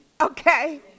Okay